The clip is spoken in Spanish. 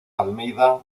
almeida